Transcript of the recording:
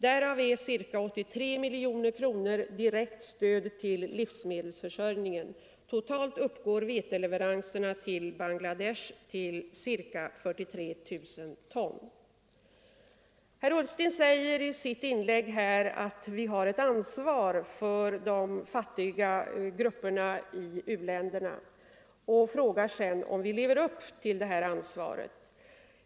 Därav är ca 83 miljoner kronor direkt stöd till livsmedelsförsörjningen. Totalt uppgår veteleveranserna till Bangladesh till ca 43 000 ton. Herr Ullsten sade att vi har ett ansvar för de fattiga grupperna i uländerna och frågade om vi lever upp till detta ansvar.